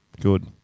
Good